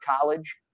college